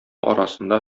арасында